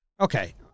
Okay